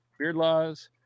Beardlaws